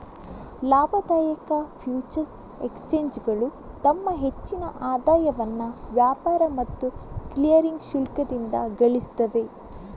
ಲಾಭದಾಯಕ ಫ್ಯೂಚರ್ಸ್ ಎಕ್ಸ್ಚೇಂಜುಗಳು ತಮ್ಮ ಹೆಚ್ಚಿನ ಆದಾಯವನ್ನ ವ್ಯಾಪಾರ ಮತ್ತು ಕ್ಲಿಯರಿಂಗ್ ಶುಲ್ಕದಿಂದ ಗಳಿಸ್ತವೆ